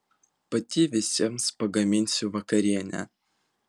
pati visiems pagaminsiu vakarienę